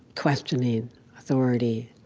questioning authority.